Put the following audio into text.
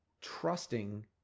trusting